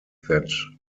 that